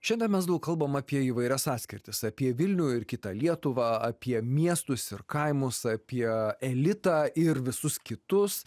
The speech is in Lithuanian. šiandien mes daug kalbam apie įvairias atskirtis apie vilnių ir kitą lietuvą apie miestus ir kaimus apie elitą ir visus kitus